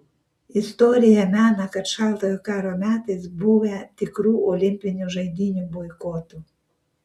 istorija mena kad šaltojo karo metais buvę tikrų olimpinių žaidynių boikotų